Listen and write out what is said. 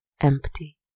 Empty